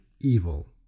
evil